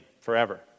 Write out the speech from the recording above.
forever